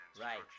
Right